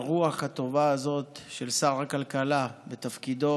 הרוח הטובה הזאת של שר הכלכלה בתפקידו